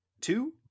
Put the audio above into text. two